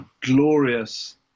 glorious